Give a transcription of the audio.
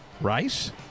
Rice